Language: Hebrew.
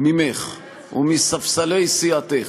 ממך ומספסלי סיעתך.